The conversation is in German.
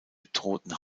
bedrohten